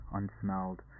unsmelled